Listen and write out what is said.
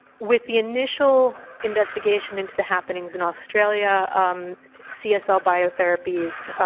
with the initial investigation into the happenings in australia csl biotherapies,